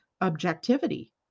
objectivity